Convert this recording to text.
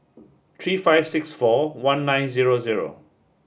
three five six four one nine zero zero